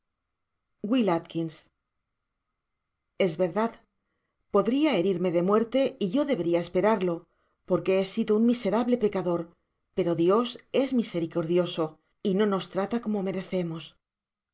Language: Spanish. w a es verdad podria herirme de muerte y yo deberia esperarlo porque he sido un miserable pecador pero dios es misericordioso y no nos trata como merecemos